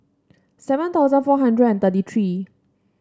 seven thousand four hundred and thirty three